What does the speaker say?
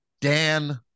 Dan